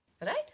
right